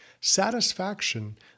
Satisfaction